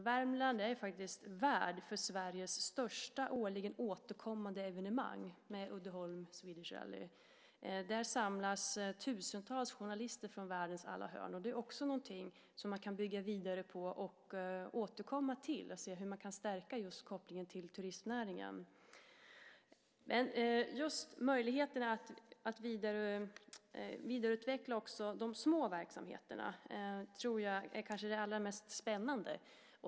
Värmland är ju faktiskt värd för Sveriges största årligen återkommande evenemang, Uddeholm Swedish Rally. Där samlas tusentals journalister från världens alla hörn. Det är också någonting som man kan bygga vidare på och återkomma till, och se hur man kan stärka just kopplingen till turistnäringen. Men just möjligheten att vidareutveckla också de små verksamheterna tror jag är det kanske allra mest spännande.